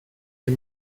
est